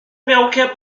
perroquet